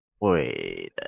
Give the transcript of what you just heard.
Wait